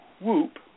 whoop